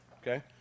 okay